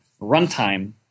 runtime